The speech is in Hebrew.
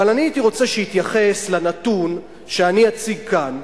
אבל אני הייתי רוצה שיתייחס לנתון שאני אציג כאן,